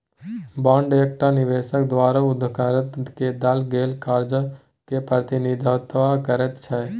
bond एकटा निबेशक द्वारा उधारकर्ता केँ देल गेल करजा केँ प्रतिनिधित्व करैत छै